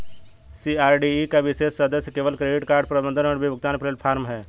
CRED एक विशेष सदस्य केवल क्रेडिट कार्ड प्रबंधन और बिल भुगतान प्लेटफ़ॉर्म है